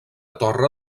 torre